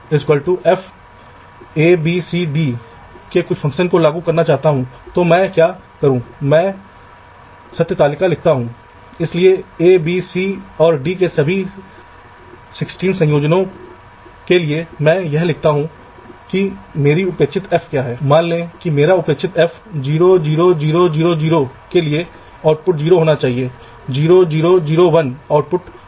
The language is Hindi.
इस प्रकार यह कदम इस प्रकार है कि आप नेट लेयर असाइनमेंट की टोपोलॉजी की योजना बनाते हैं आप बस उन्हें एक या एक से अधिक मेटल लेयर्स को असाइन करते हैं और जैसा कि मैंने कहा था कि करंट आवश्यकताओं के आधार पर आपने विभिन्न नेट सेगमेंट की चौड़ाई को निर्धारित किया है